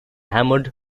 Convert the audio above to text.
hammered